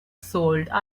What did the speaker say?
sold